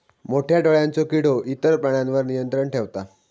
मोठ्या डोळ्यांचो किडो इतर प्राण्यांवर नियंत्रण ठेवता